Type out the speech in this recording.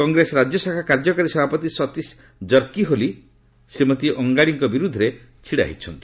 କଂଗ୍ରେସ ରାଜ୍ୟଶାଖା କାର୍ଯ୍ୟକାରୀ ସଭାପତି ସତୀଶ ଜର୍କିହୋଲି ଶ୍ରୀମତୀ ଅଙ୍ଗାଡ଼ିଙ୍କ ବିରୁଦ୍ଧରେ ଛିଡା ହୋଇଛନ୍ତି